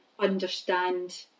Understand